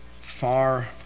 far